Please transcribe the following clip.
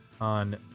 on